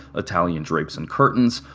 italian drapes and curtains,